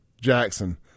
Jackson